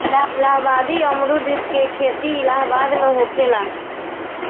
इलाहाबादी अमरुद के खेती इलाहाबाद में होखेला